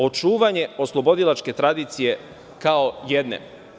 Očuvanje oslobodilačke tradicije kao jedne.